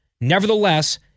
nevertheless